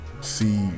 see